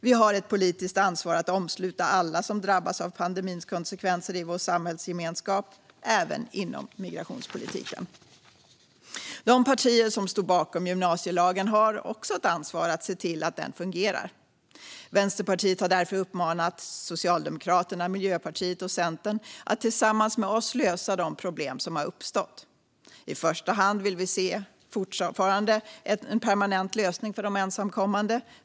Vi har ett politiskt ansvar att omsluta alla som drabbas av pandemins konsekvenser i vår samhällsgemenskap, även inom migrationspolitiken. De partier som stod bakom gymnasielagen har också ett ansvar att se till att den fungerar. Vänsterpartiet har därför uppmanat Socialdemokraterna, Miljöpartiet och Centern att tillsammans med oss lösa de problem som har uppstått. I första hand vill vi fortfarande se en permanent lösning för de ensamkommande.